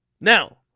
Now